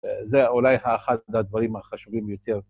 א...זה אולי האחד מהדברים החשובים יותר